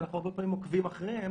כי אנחנו הרבה פעמים עוקבים אחריהם.